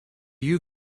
you